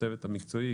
הצוות המקצועי,